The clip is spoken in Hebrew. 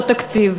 זה אותו תקציב,